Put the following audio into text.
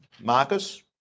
Marcus